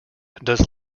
does